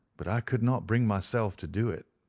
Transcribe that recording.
but i could not bring myself to do it.